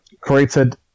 created